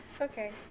Okay